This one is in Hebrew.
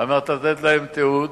על מנת לתת להם תיעוד.